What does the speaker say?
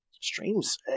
Streams